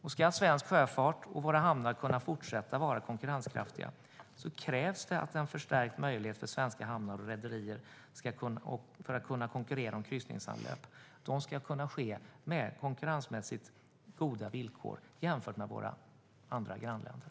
Om svensk sjöfart och våra hamnar ska kunna fortsätta att vara konkurrenskraftiga krävs en förstärkt möjlighet för svenska hamnar och rederier att kunna konkurrera om kryssningsanlöp. Dessa ska kunna ske med konkurrensmässigt goda villkor jämfört med våra grannländer.